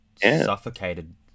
suffocated